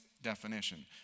definition